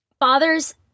fathers